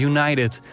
United